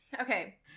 okay